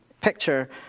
picture